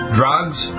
drugs